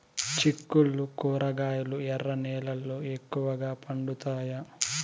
చిక్కుళ్లు కూరగాయలు ఎర్ర నేలల్లో ఎక్కువగా పండుతాయా